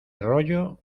rollo